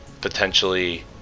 potentially